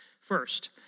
First